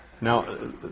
Now